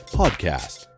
podcast